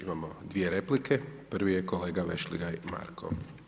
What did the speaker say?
Imamo svije replike, prvi je kolega Vešligaj Marko.